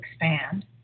expand